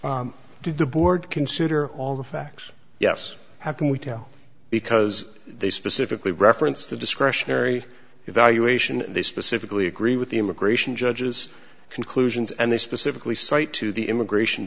to the board consider all the facts yes how can we tell because they specifically reference the discretionary evaluation and they specifically agree with the immigration judges conclusions and they specifically cite to the immigration